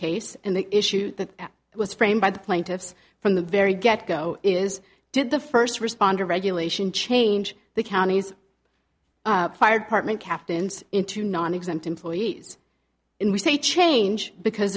case and the issue that was framed by the plaintiffs from the very get go is did the first responder regulation change the counties fire department captains into nonexempt employees and we say change because